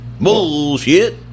Bullshit